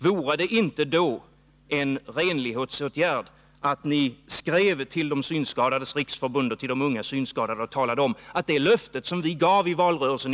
Vore det då inte en renlighetsåtgärd att ni skrev till Synskadades riksförbund och talade om att ni inte menat ett dugg med det löfte ni gav i valrörelsen?